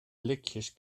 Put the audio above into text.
blikjes